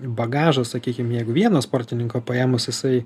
bagažas sakykim jeigu vieno sportininko paėmus jisai